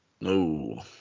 no